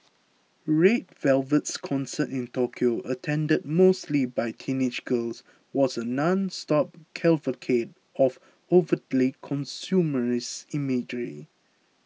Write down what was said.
Red Velvet's concert in Tokyo attended mostly by teenage girls was a nonstop cavalcade of overtly consumerist imagery